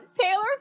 taylor